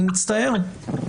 אני מצטער.